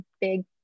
big